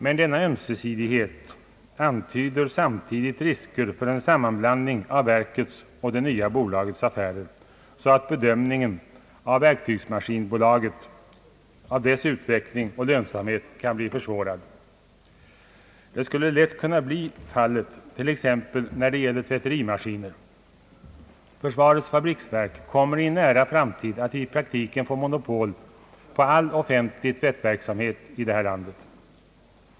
Men denna ömsesidighet antyder samtidigt risker för en sammanblandning av verkets och det nya bolagets affärer, så att bedömningen av verktygsmaskinbolagets utveckling och lönsamhet kan bli försvårad. Det skulle lätt kunna bli fallet till exempel när det gäller tvätterimaskiner. Försvarets fabriksverk kommer i en nära framtid att i praktiken få monopol på all offentlig tvättverksamhet i landet.